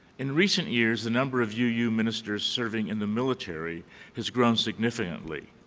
in recent years, the number of u u ministers serving in the military has grown significantly.